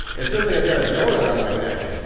it feels like i've got a drone around my neck,